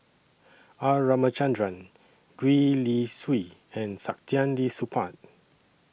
R Ramachandran Gwee Li Sui and Saktiandi Supaat